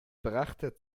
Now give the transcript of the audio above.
brachte